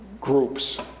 groups